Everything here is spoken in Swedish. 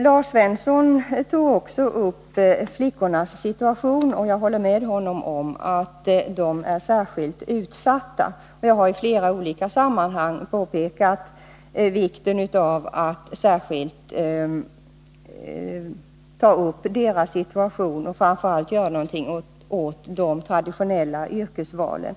Lars Svensson tog också upp flickornas situation. Jag håller med honom om att just flickorna är särskilt utsatta. Jag har i flera olika sammanhang påpekat vikten av att vi särskilt beaktar deras situation och framför allt gör någonting åt de traditionella yrkesvalen.